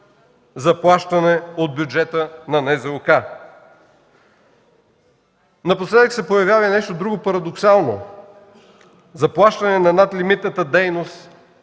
заплащани от бюджета на НЗОК. Напоследък се появява и нещо друго парадоксално – заплащане на надлимитната дейност